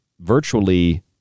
virtually